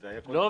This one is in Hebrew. לא.